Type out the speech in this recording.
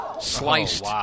sliced